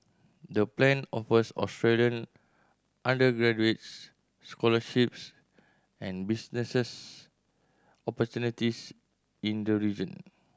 the plan offers Australian undergraduates scholarships and businesses opportunities in the region